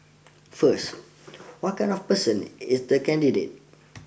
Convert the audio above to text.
first what kind of person is the candidate